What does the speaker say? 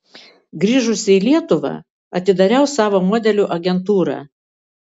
grįžusi į lietuvą atidariau savo modelių agentūrą